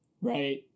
Right